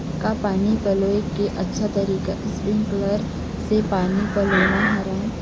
का पानी पलोय के अच्छा तरीका स्प्रिंगकलर से पानी पलोना हरय?